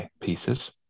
pieces